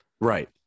Right